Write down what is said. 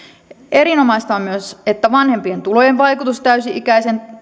erinomaista on myös että vanhempien tulojen vaikutus täysi ikäisen